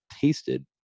tasted